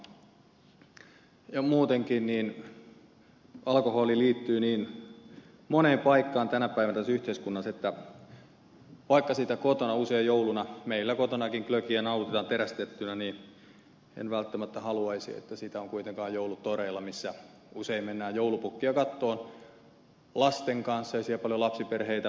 muutenkin alkoholi liittyy niin moneen paikkaan tänä päivänä tässä yhteiskunnassa että vaikka sitä kotona usein jouluna meillä kotonakin glögiä nautitaan terästettynä niin en välttämättä haluaisi että sitä on kuitenkaan joulutoreilla minne usein mennään joulupukkia katsomaan lasten kanssa ja siellä paljon lapsiperheitä pyörii